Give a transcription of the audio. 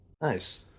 nice